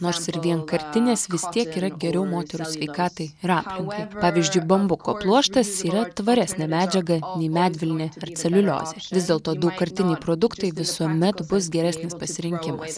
nors ir vienkartinės vis tiek yra geriau moterų sveikatai ir aplinkai pavyzdžiui bambuko pluoštas yra tvaresnė medžiaga nei medvilnė ar celiuliozė vis dėlto daugkartiniai produktai visuomet bus geresnis pasirinkimas